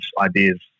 ideas